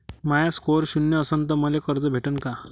माया score शून्य असन तर मले कर्ज भेटन का?